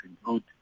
include